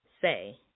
Say